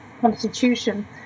constitution